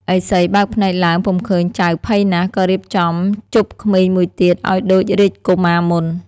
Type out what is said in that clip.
ឥសីបើកភ្នែកឡើងពុំឃើញចៅភ័យណាស់ ក៏រៀបចំជបក្មេងមួយទៀតឱ្យដូចរាជកុមារមុន។